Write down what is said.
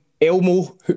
Elmo